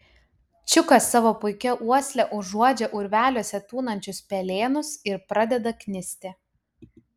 čiukas savo puikia uosle užuodžia urveliuose tūnančius pelėnus ir pradeda knisti